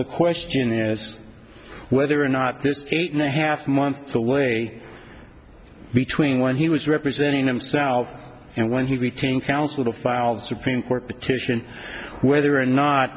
the question is whether or not this eight and a half months away between when he was representing himself and when he between counsel to file the supreme court petition whether or not